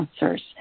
answers